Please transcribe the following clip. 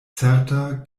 certa